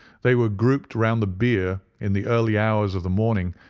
they were grouped round the bier in the early hours of the morning,